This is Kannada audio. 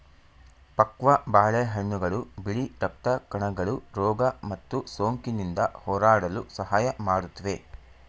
ಪಕ್ವ ಬಾಳೆಹಣ್ಣುಗಳು ಬಿಳಿ ರಕ್ತ ಕಣಗಳು ರೋಗ ಮತ್ತು ಸೋಂಕಿನಿಂದ ಹೋರಾಡಲು ಸಹಾಯ ಮಾಡುತ್ವೆ